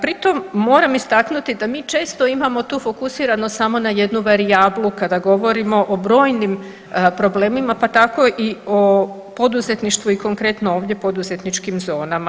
Pri tom moram istaknuti da mi često imamo tu fokusiranost samo na jednu varijablu kada govorimo o brojnim problemima, pa tako i o poduzetništvu i konkretno ovdje poduzetničkim zonama.